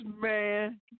man